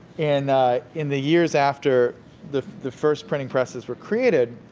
in in the years after the the first printing presses were created,